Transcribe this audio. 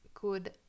Good